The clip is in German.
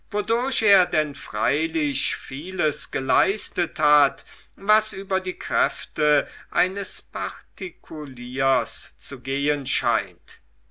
wodurch er denn freilich vieles geleistet hat was über die kräfte eines particuliers zu gehen scheint